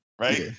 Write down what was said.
right